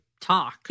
talk